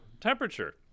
temperature